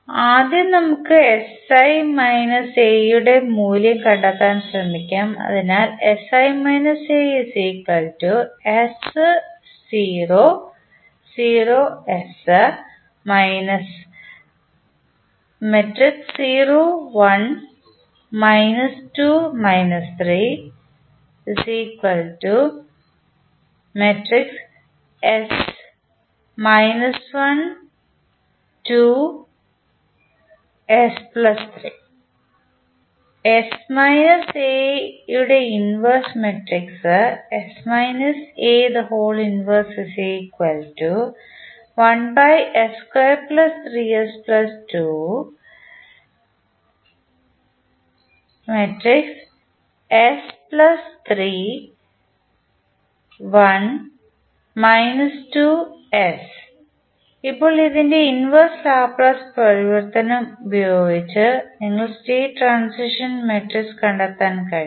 ആദ്യം നമുക്ക് യുടെ മൂല്യം കണ്ടെത്താൻ ശ്രമിക്കാം അതിനാൽ ൻറെ ഇൻവെർസ് മാട്രിക്സ് ഇപ്പോൾ ഇതിൻറെ ഇൻവെർസ് ലാപ്ലേസ് പരിവർത്തനം ഉപയോഗിച്ച് നിങ്ങൾക്ക് സ്റ്റേറ്റ് ട്രാൻസിഷൻ മാട്രിക്സ് കണ്ടെത്താൻ കഴിയും